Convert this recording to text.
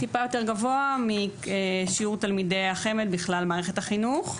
טיפה יותר גבוה משיעורי תלמידי החמ"ד בכלל במערכת החינוך.